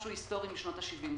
זה משהו היסטורי משנות ה-70.